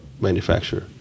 manufacturer